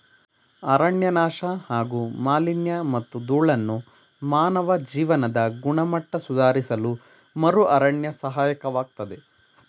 ಅರಣ್ಯನಾಶ ಹಾಗೂ ಮಾಲಿನ್ಯಮತ್ತು ಧೂಳನ್ನು ಮಾನವ ಜೀವನದ ಗುಣಮಟ್ಟ ಸುಧಾರಿಸಲುಮರುಅರಣ್ಯ ಸಹಾಯಕವಾಗ್ತದೆ